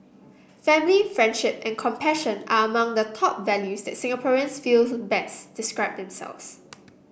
family friendship and compassion are among the top values that Singaporeans feel best describe themselves